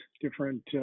different